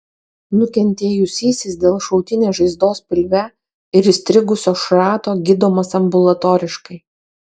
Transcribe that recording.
nukentėjusysis dėl šautinės žaizdos pilve ir įstrigusio šrato gydomas ambulatoriškai